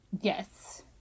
Yes